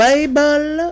Bible